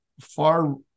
far